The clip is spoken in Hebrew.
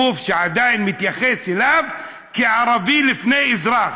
גוף שעדיין מתייחס אליו כאל ערבי לפני שהוא אזרח,